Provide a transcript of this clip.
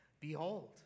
Behold